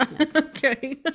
Okay